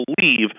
believe